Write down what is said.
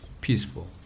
Peaceful